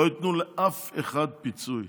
לא ייתנו לאף אחד פיצוי.